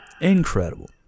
incredible